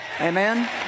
amen